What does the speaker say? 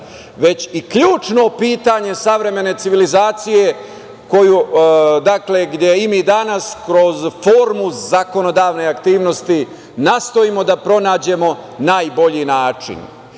već i ključno pitanje savremene civilizacije, gde i mi danas kroz formu zakonodavne aktivnosti nastojimo da pronađemo najbolji način,